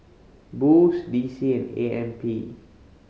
Boost D C and A M P